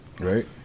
right